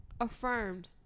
affirmed